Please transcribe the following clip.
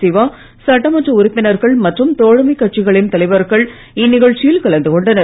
சிவா சட்டமன்ற உறுப்பினர்கள் மற்றும் தோழமைக் கட்சிகளின் தலைவர்கள் இந்நிகழ்ச்சியில் கலந்து கொண்டனர்